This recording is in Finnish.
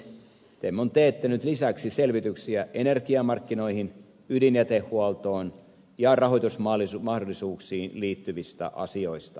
tem on teettänyt lisäksi selvityksiä energiamarkkinoihin ydinjätehuoltoon ja rahoitusmahdollisuuksiin liittyvistä asioista